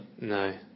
No